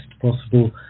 possible